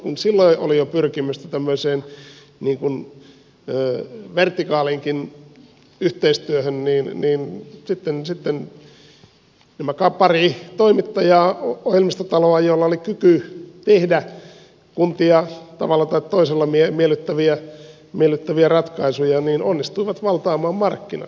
kun silloin oli jo pyrkimystä tämmöiseen vertikaaliinkin yhteistyöhön niin sitten pari toimittajaa ohjelmistotaloa joilla oli kyky tehdä kuntia tavalla tai toisella miellyttäviä ratkaisuja onnistui valtaamaan markkinat